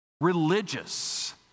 religious